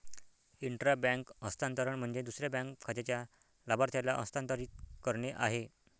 intra bank हस्तांतरण म्हणजे दुसऱ्या बँक खात्याच्या लाभार्थ्याला हस्तांतरित करणे आहे